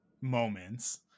moments